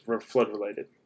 flood-related